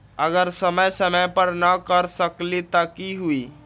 अगर समय समय पर न कर सकील त कि हुई?